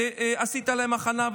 עשית להם הכנה,